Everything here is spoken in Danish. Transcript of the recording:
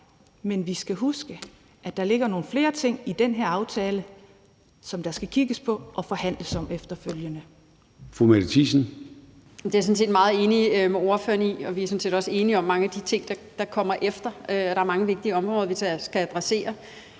Men vi skal huske, at der ligger nogle flere ting i den her aftale, som der skal kigges på og forhandles om efterfølgende.